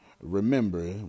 Remember